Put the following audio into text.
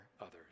others